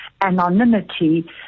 anonymity